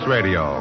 Radio